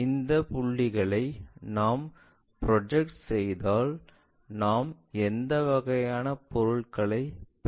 இந்த புள்ளிகளை நாம் ப்ரொஜெக்ட் செய்தால் நாம் எந்த வகையான பொருளைப் பெறப் போகிறோம்